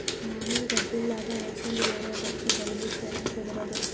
మామూలు డబ్బుల్లాగా వోచర్లు వేరొకరికి బదిలీ చేయడం కుదరదు